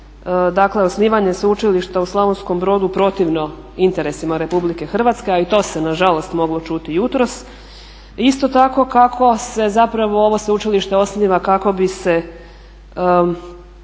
dakle osnivanje Sveučilišta u Slavonskom Brodu protivno interesima Republike Hrvatske a i to se nažalost moglo čuti jutros isto tako kako se zapravo ovo sveučilište osniva kako bi se